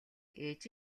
ээж